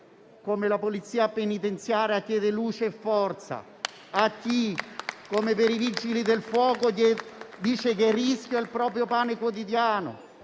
come la Polizia penitenziaria, chiede luce e forza. A chi, come i Vigili del fuoco, dice che il rischio è il proprio pane quotidiano.